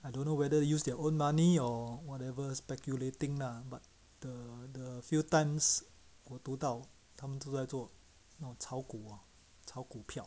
I don't know whether use their own money or whatever speculating lah but the the few times 我读到他们都在做那种炒股炒股票